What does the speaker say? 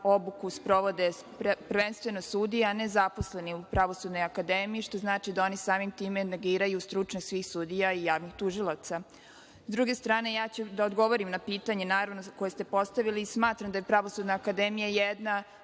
obuku sprovode prvenstveno sudije, a ne zaposleni u Pravosudnoj akademiji, što znači da oni samim tim negiraju stručnost svih sudija i javnih tužilaca. Sa druge strane, odgovoriću na pitanje koje ste postavili. Smatram da je Pravosudna akademija jedna